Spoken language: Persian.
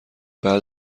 بعد